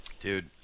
Dude